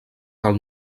del